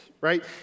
right